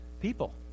People